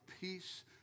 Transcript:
peace